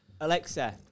Alexa